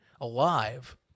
alive